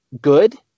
good